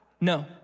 No